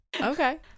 Okay